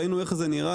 ראינו איך זה נראה,